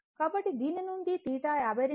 కాబట్టి దీని నుండి θ 52